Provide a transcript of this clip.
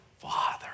father